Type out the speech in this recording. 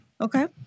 Okay